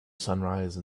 sunrise